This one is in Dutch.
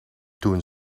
toen